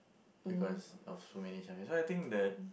because of so many chinese why I think the